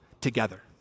together